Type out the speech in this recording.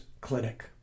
Clinic